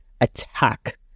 attack